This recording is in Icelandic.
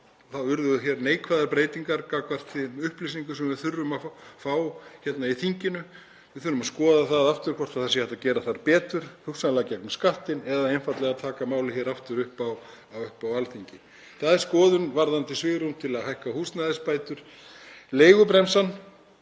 Það urðu neikvæðar breytingar gagnvart þeim upplýsingum sem við þurfum að fá hérna í þinginu. Við þurfum að skoða aftur hvort hægt sé að gera þar betur, hugsanlega gegnum Skattinn eða einfaldlega að taka málið aftur upp á Alþingi. Það er skoðun varðandi svigrúm til að hækka húsnæðisbætur. Leigubremsan